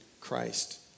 Christ